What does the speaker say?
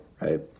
right